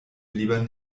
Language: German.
lieber